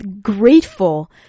grateful